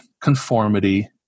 conformity